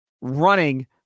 running